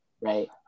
right